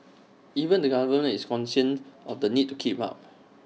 even the government is cognisant of the need to keep up